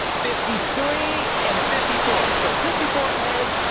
fifty-three, and fifty-four. so fifty four eggs,